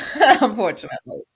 unfortunately